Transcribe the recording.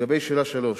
לגבי שאלה 3,